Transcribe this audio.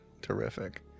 terrific